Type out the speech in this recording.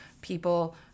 people